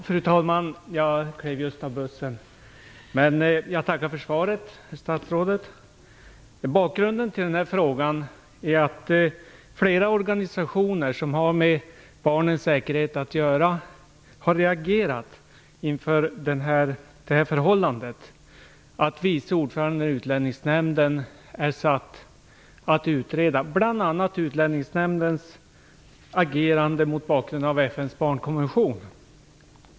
Fru talman! Jag tackar statsrådet för svaret. Bakgrunden till frågan är att flera organisationer som har med barnens säkerhet att göra har reagerat inför det förhållande att vice ordföranden i Utlänningsnämnden är satt att utreda bl.a. Utlänningsnämndens agerande mot bakgrund av FN:s barnkonvention.